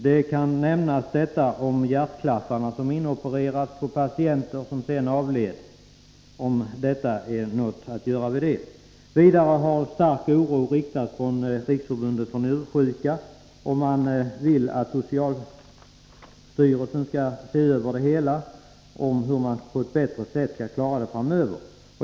Jag kan som exempel nämna de patienter som fick hjärtklaffar inopererade och som sedan avled. Vidare har stark oro framförts från Riksförbundet för njursjuka. Man vill att socialstyrelsen skall se över hur dessa frågor på ett bättre sätt skall kunna klaras i framtiden.